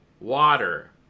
water